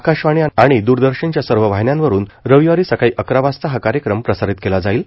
आकाशवाणी आणि द्रदर्शनच्या सर्व वाहिन्यांवरून रविवारी सकाळी अकरा वाजता हा कार्यक्रम प्रसारित केला जाईल